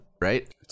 right